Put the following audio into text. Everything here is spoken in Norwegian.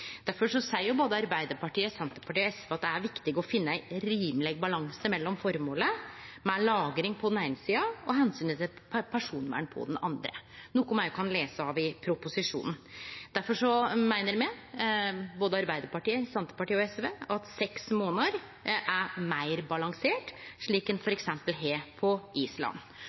seier både Arbeidarpartiet, Senterpartiet og SV at det er viktig å finne ein rimeleg balanse mellom føremålet med lagring på den eine sida og omsynet til personvern på den andre, noko me òg kan lese i proposisjonen. Difor meiner me, både Arbeidarpartiet, Senterpartiet og SV, at seks månader, slik ein f.eks. har på Island, er meir balansert.